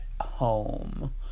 home